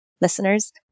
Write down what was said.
listeners